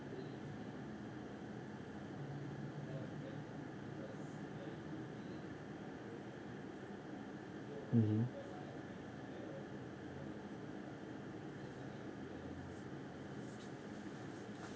mmhmm